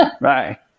Right